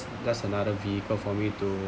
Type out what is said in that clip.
thus another vehicle for me to